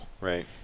Right